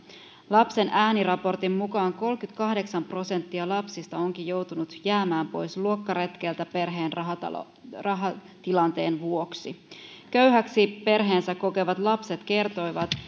lapsen ääni raportin mukaan kolmekymmentäkahdeksan prosenttia lapsista onkin joutunut jäämään pois luokkaretkeltä perheen rahatilanteen rahatilanteen vuoksi köyhäksi perheensä kokevat lapset kertoivat